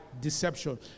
deception